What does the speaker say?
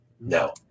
no